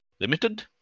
Limited